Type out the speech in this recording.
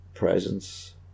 Presence